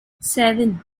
seven